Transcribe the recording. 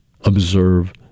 observe